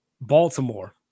Baltimore